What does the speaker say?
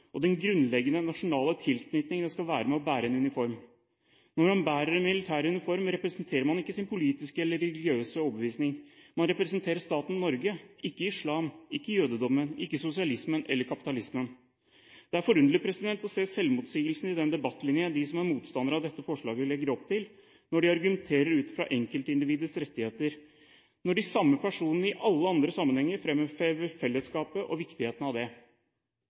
Når man bærer en militær uniform, representerer man ikke sin politiske eller religiøse overbevisning. Man representerer staten Norge, ikke islam, ikke jødedommen, ikke sosialismen eller kapitalismen. Det er forunderlig å se selvmotsigelsen i den debattlinjen de som er motstandere av dette forslaget legger opp til, når de argumenterer ut fra enkeltindividets rettigheter samtidig som de samme personene i alle andre sammenhenger fremhever fellesskapet og viktigheten av det.